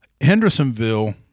Hendersonville